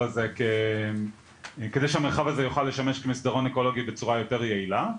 הזה יוכל לשמש כמסדרון אקולוגי בצורה יותר יעילה.